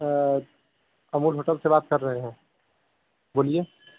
बात कर रहे हो बोलिए